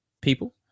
people